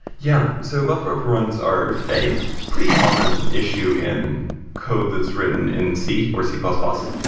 yeah. so buffer overruns are a pretty common issue in code that's written in c, or c plus plus,